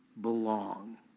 belong